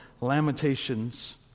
Lamentations